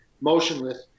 motionless